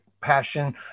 passion